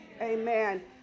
Amen